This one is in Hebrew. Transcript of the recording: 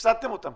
כבר הפסדתם אותם.